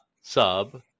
sub